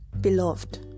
Beloved